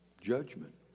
Judgment